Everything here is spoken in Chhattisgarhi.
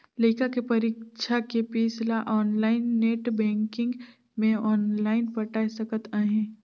लइका के परीक्षा के पीस ल आनलाइन नेट बेंकिग मे आनलाइन पटाय सकत अहें